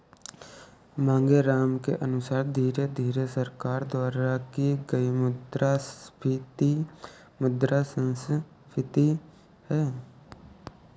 मांगेराम के अनुसार धीरे धीरे सरकार द्वारा की गई मुद्रास्फीति मुद्रा संस्फीति है